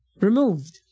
removed